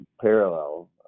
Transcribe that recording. parallel